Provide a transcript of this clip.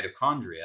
mitochondria